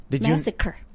Massacre